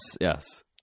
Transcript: yes